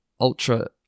ultra